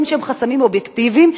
חסמים שהם חסמים אובייקטיביים,